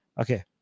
Okay